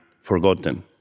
forgotten